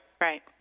right